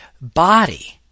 body